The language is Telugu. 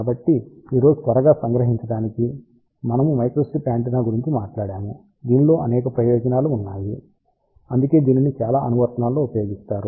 కాబట్టి ఈ రోజు త్వరగా సంగ్రహించడానికి మనము మైక్రోస్ట్రిప్ యాంటెన్నా గురించి మాట్లాడాము దీనిలో అనేక ప్రయోజనాలు ఉన్నాయి అందుకే దీనిని చాలా అనువర్తనాల్లో ఉపయోగిస్తారు